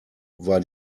war